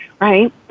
right